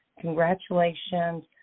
congratulations